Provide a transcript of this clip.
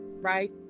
right